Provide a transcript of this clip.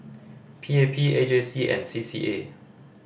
P A P A J C and C C A